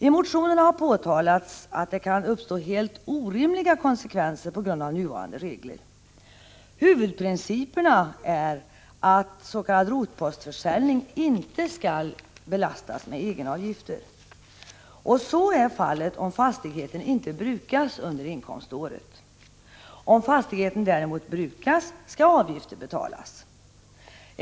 I motionerna har påtalats att det kan uppstå helt orimliga konsekvenser på grund av nuvarande regler. Huvudprincipen är att s.k. rotpostförsäljning inte skall belastas med egenavgifter — och så är fallet om en fastighet inte brukas under inkomståret. Om fastigheten däremot brukas skall avgifter betalas.